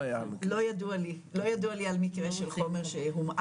לא ידוע לי, לא ידוע לי על מקרה של חומר שהומעט.